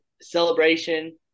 Celebration